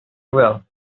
well